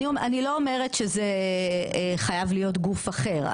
אני לא אומרת שזה חייב להיות גוף אחר,